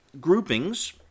groupings